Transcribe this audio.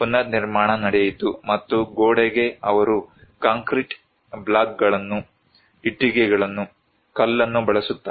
ಪುನರ್ನಿರ್ಮಾಣ ನಡೆಯಿತು ಮತ್ತು ಗೋಡೆಗೆ ಅವರು ಕಾಂಕ್ರೀಟ್ ಬ್ಲಾಕ್ಗಳನ್ನು ಇಟ್ಟಿಗೆಗಳನ್ನು ಕಲ್ಲನ್ನು ಬಳಸುತ್ತಾರೆ